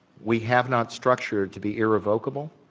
we have not structured to be irrevocable,